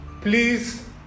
Please